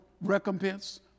recompense